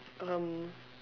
um